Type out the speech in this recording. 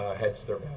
hedged their